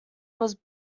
was